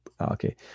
okay